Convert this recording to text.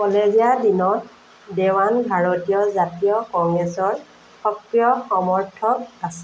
কলেজীয়া দিনত দেৱান ভাৰতীয় জাতীয় কংগ্ৰেছৰ সক্ৰিয় সমৰ্থক আছিল